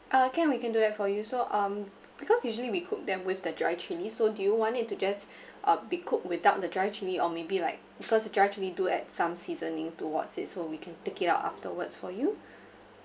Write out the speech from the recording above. uh can we can do that for you so um because usually we cook them with the dry chilli so do you want it to just uh be cooked without the dry chilli or maybe like because dry chilli do add some seasoning towards it so we can take it out afterwards for you